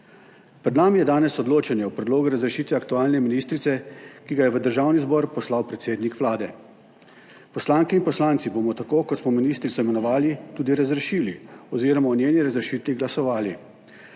Pred nami je danes odločanje o predlogu razrešitve aktualne ministrice, ki ga je v Državni zbor poslal predsednik Vlade. Poslanke in poslanci bomo, tako kot smo ministrico imenovali tudi razrešili oziroma o njeni razrešitvi glasovali.